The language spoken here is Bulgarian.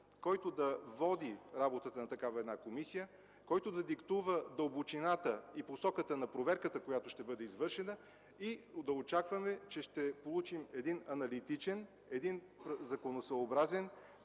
който да води работата на такава комисия, да диктува дълбочината и посоката на проверката, която ще бъде извършена, и да очакваме, че ще получим един аналитичен, законосъобразен